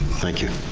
thank you.